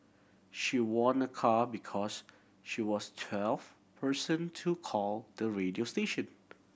she won a car because she was twelfth person to call the radio station